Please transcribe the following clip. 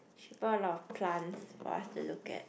she brought a lot of plants for us to look at